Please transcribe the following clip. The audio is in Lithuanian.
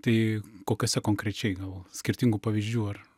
tai kokiuose konkrečiai gal skirtingų pavyzdžių ar